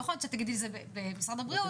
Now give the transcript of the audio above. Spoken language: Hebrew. לא יכול להיות שתגידי שזה במשרד הבריאות,